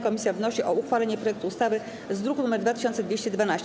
Komisja wnosi o uchwalenie projektu ustawy z druku nr 2212.